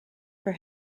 for